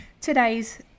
today's